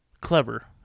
clever